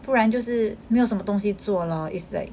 不然就是没有什么东西做 lor is like